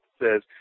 says